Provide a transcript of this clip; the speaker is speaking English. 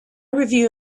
review